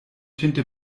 tinte